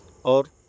اور